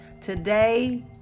today